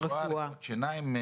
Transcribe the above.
רפואת שיניים,